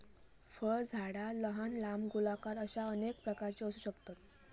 फळझाडा लहान, लांब, गोलाकार अश्या अनेक प्रकारची असू शकतत